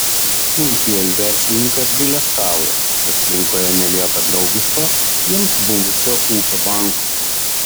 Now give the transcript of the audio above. smulkieji verslininkai apgailestauja kad rinkoje nelieka draugiško jiems buvusio ūkio banko